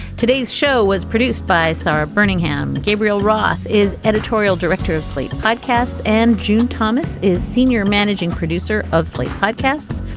today's show was produced by sara bermingham. gabriel roth is editorial director of slate podcasts and june thomas is senior managing producer of slate podcasts.